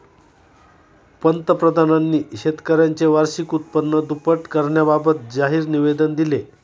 पंतप्रधानांनी शेतकऱ्यांचे वार्षिक उत्पन्न दुप्पट करण्याबाबत जाहीर निवेदन दिले